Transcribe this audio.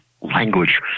language